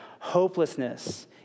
hopelessness